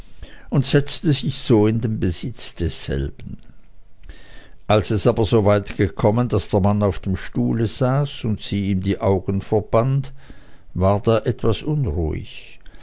und setzte sich so in den besitz desselben als es aber so weit gekommen daß der mann auf dem stuhle saß und sie ihm die augen verband ward er etwas unruhig